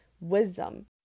wisdom